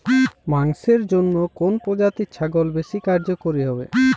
মাংসের জন্য কোন প্রজাতির ছাগল বেশি কার্যকরী হবে?